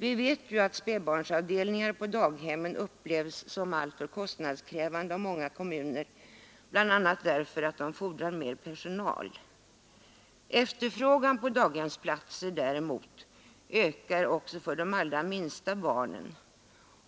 Vi vet ju att spädbarnsavdelningar på daghemmen upplevs som alltför kostnadskrävande av många kommuner, bl.a. därför att de fordrar mer personal. Efterfrågan på daghemsplatser däremot ökar också för de allra minsta barnen.